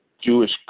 Jewish